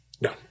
No